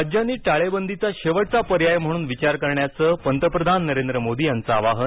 राज्यांनी टाळेबंदीचा शेवटचा पर्याय म्हणून विचार करण्याचं पंतप्रधान नरेंद्र मोदी यांचं आवाहन